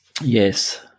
Yes